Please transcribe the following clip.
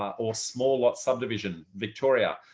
or small lot subdivision victoria?